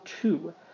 two